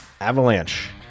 Avalanche